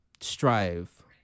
strive